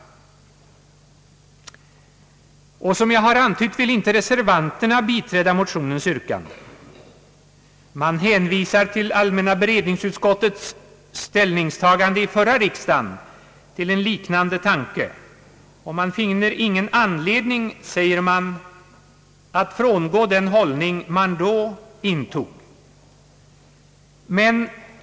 Som jag har antytt vill inte reservanterna biträda motionens yrkande. Man hänvisar till allmänna beredningsutskottets — ställningstagande vid förra riksdagen till en liknande tanke, och man finner ingen anledning att frångå den hållning man då intog.